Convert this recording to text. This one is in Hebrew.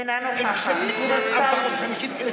אינה נוכחת יובל שטייניץ,